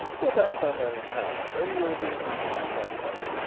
put up somewhere in town, where you will be in reach of the telephone.